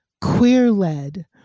queer-led